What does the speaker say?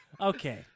okay